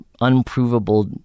unprovable